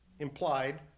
implied